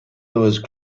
those